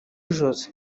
josée